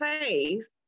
face